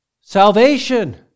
salvation